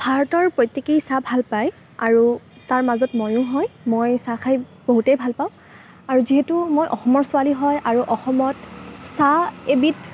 ভাৰতৰ প্ৰত্যেকেই চাহ ভাল পায় আৰু তাৰ মাজত মইও হয় মই চাহ খাই বহুতেই ভাল পাওঁ আৰু যিহেতু মই অসমৰ ছোৱালী হয় আৰু অসমত চাহ এবিধ